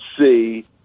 see